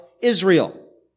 Israel